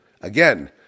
Again